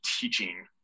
teaching